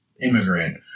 immigrant